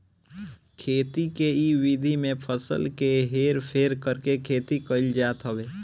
खेती के इ विधि में फसल के हेर फेर करके खेती कईल जात हवे